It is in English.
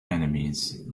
enemies